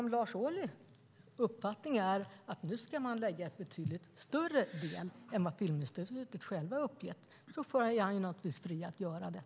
Om Lars Ohlys uppfattning är att man nu ska lägga en betydligt större del än vad Filminstitutet har uppgett är han naturligtvis fri att göra det.